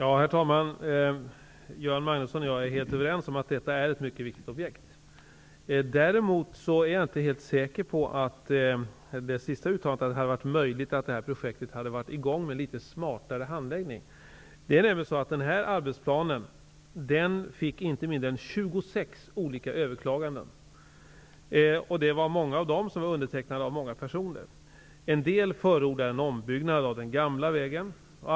Herr talman! Göran Magnusson och jag är helt överens om att detta är ett viktigt objekt. Däremot är jag inte helt säker på att det senaste uttalandet om att projektet hade varit i gång om handläggningen hade varit smartare är riktigt. Arbetsplanen fick inte mindre än 26 olika överklaganden. Många av dem var undertecknade av flera personer. En del förordade en ombyggnad av den gamla vägen.